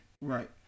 right